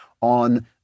on